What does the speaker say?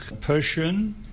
Persian